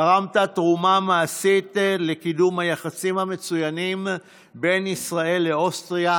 תרמת תרומה ממשית לקידום היחסים המצוינים בין ישראל לאוסטריה